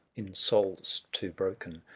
in souls too broken,